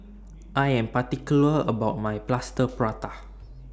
I Am particular about My Plaster Prata